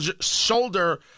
shoulder